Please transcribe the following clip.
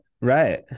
right